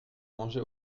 mangé